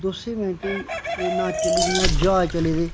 दस्सें मिन्टें ट ट्रेन्नां तली दियां ज्हाज चले दे